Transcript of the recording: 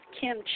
Kim